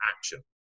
action